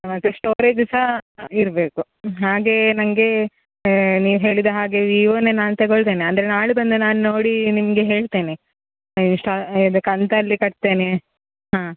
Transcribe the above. ಮತ್ತು ಸ್ಟೋರೇಜು ಸಹ ಇರಬೇಕು ಹಾಗೇ ನನಗೆ ನೀವು ಹೇಳಿದ ಹಾಗೆ ವೀವೋನೇ ನಾನು ತೆಗೊಳ್ತೇನೆ ಅಂದರೆ ನಾಳೆ ಬಂದು ನಾನು ನೋಡಿ ನಿಮಗೆ ಹೇಳ್ತೇನೆ ಇದು ಸ್ಟಾ ಇದು ಕಂತಲ್ಲಿ ಕಟ್ತೇನೆ ಹಾಂ